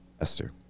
Esther